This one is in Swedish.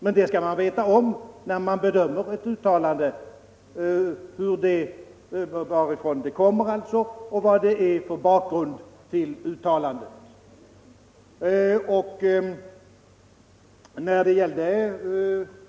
Men när man bedömer ett uttalande, skall man veta varifrån det kommer och vilken bakgrund det har.